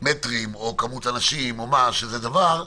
כמו מספר אנשים או מרחק במטרים,